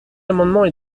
amendements